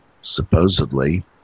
supposedly